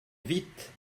vite